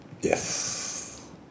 Yes